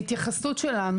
להתייחסות שלנו,